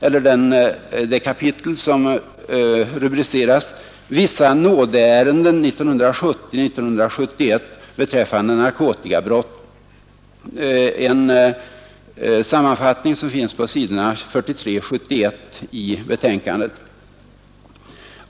43—71 som är rubricerad Vissa nådeärenden 1970-1971 = beträffande narkotikabrott.